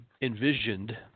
envisioned